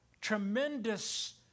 Tremendous